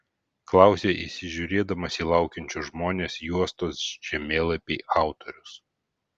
klausia įsižiūrėdamas į laukiančius žmones juostos žemėlapiai autorius